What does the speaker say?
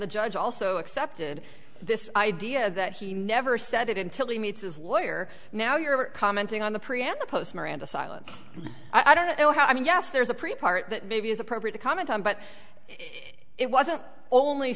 the judge also accepted this idea that he never said it until he meets his lawyer now you're commenting on the preamble post miranda silence i don't know how i mean yes there's a pretty part that maybe is appropriate to comment on but it wasn't only